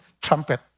trumpet